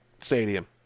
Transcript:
Stadium